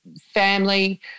family